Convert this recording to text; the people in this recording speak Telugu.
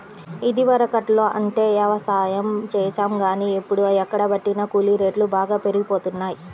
ఇదివరకట్లో అంటే యవసాయం చేశాం గానీ, ఇప్పుడు ఎక్కడబట్టినా కూలీ రేట్లు బాగా పెరిగిపోతన్నయ్